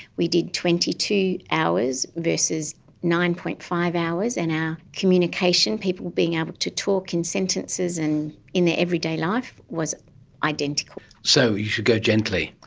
we did twenty two hours versus nine. five hours, and our communication, people being able to talk in sentences and in their everyday life, was identical. so, you should go gently.